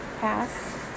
Pass